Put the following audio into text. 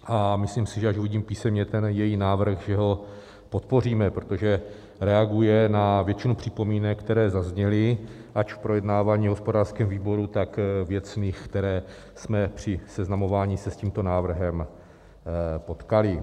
A myslím si, že až uvidím písemně ten její návrh, že ho podpoříme, protože reaguje na většinu připomínek, které zazněly ať v projednávání hospodářského výboru, tak věcných, které jsme při seznamování se s tímto návrhem potkali.